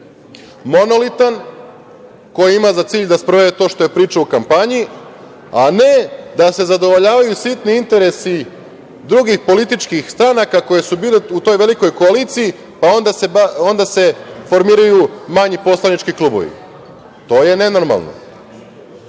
monolitan, koji ima za cilj da sprovede to što je pričao u kampanji, a ne da se zadovoljavaju sitni interesi drugih političkih stranaka koje su bile u toj velikoj koaliciji, pa onda se formiraju manji poslanički klubovi. To je nenormalno. Dakle,